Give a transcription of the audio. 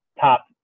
top